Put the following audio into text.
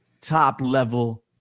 top-level